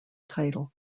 title